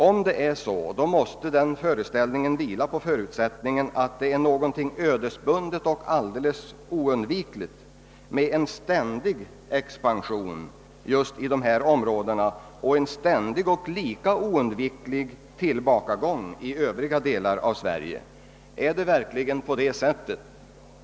Om det är så måste den föreställningen vila på förutsättningen att det är någonting ödesbundet och alldeles oundvikligt med en ständig expansion just i dessa områden och en ständig och lika oundviklig tillbakagång i övriga delar av Sverige. Är det verkligen på det sättet?